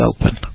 open